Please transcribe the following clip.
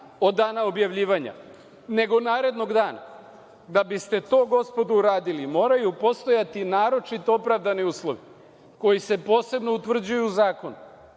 od dana objavljivanja, nego narednog dana. Da biste to, gospodo, uradili, moraju postojati naročito opravdani uslovi koji se posebno utvrđuju zakonom